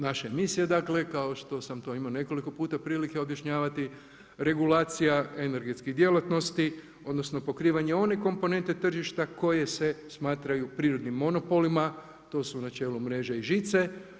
Naša je misija dakle, kao što sam to imao nekoliko puta prilike objašnjavati, regulacija energetskih djelatnosti, odnosno, pokrivanje onih komponente tržišta koje se smatraju prirodnim monopolima, to su znači evo mrže i žice.